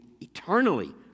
eternally